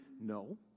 No